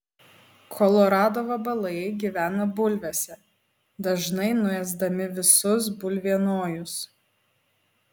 kolorado vabalai gyvena bulvėse dažnai nuėsdami visus bulvienojus